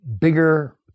bigger